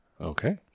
Okay